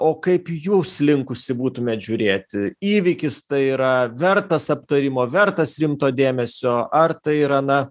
o kaip jūs linkusi būtumėt žiūrėti įvykis tai yra vertas aptarimo vertas rimto dėmesio ar tai yra na